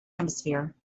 hemisphere